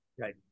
Right